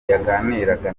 yaganiraga